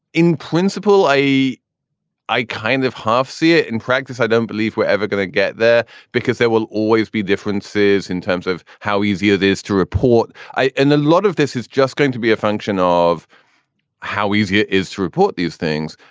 in principle, i i kind of half see it in practice i don't believe we're ever going to get there because there will always be differences in terms of how easy it is to report. and a lot of this is just going to be a function of how easy it is to report these things.